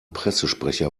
pressesprecher